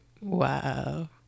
Wow